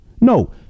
No